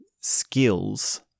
skills